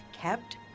kept